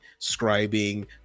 scribing